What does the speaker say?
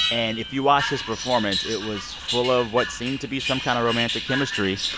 and if you watched this performance, it was full of what seemed to be some kind of romantic chemistry.